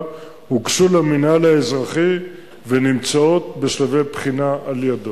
הוגשו למינהל האזרחי ונמצאות בשלבי בחינה על-ידו.